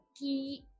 key